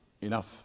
enough